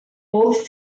both